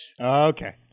Okay